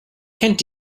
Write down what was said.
kennt